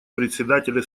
председателя